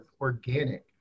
organic